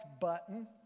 button